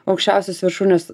aukščiausios viršūnės